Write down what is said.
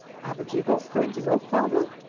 haven't you got friends enough, father?